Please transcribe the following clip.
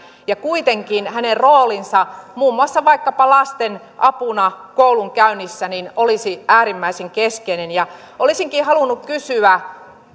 ja kuitenkin hänen roolinsa muun muassa vaikkapa lasten apuna koulunkäynnissä olisi äärimmäisen keskeinen olisinkin halunnut kysyä